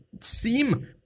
seem